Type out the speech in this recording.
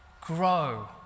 grow